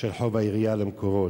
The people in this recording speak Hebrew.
בשל חוב העירייה ל"מקורות".